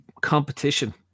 competition